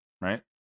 right